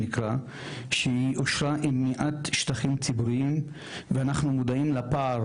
שהיא אושרה עם מעט שטחים ציבוריים ואנחנו מודעים לפער